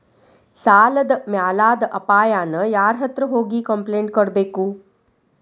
ಸಾಲದ್ ಮ್ಯಾಲಾದ್ ಅಪಾಯಾನ ಯಾರ್ಹತ್ರ ಹೋಗಿ ಕ್ಂಪ್ಲೇನ್ಟ್ ಕೊಡ್ಬೇಕು?